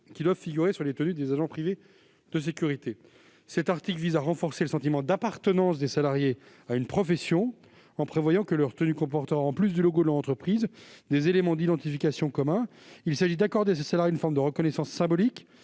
doivent figurer sur les tenues des agents privés de sécurité. Cet article vise à renforcer le sentiment d'appartenance des salariés à leur profession, en prévoyant que leur tenue comportera, en plus du logo de leur entreprise, des éléments d'identification communs. Il s'agit d'accorder à ces salariés une forme de reconnaissance symbolique.